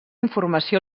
informació